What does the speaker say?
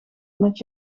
met